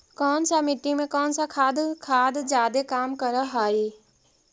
कौन सा मिट्टी मे कौन सा खाद खाद जादे काम कर हाइय?